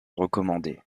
recommander